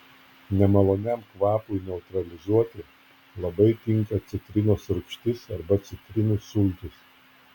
nemaloniam kvapui neutralizuoti labai tinka citrinos rūgštis arba citrinų sultys